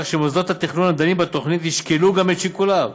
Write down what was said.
כך שמוסדות התכנון הדנים בתוכנית ישקלו גם את שיקוליו,